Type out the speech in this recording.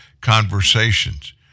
conversations